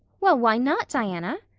well, why not, diana?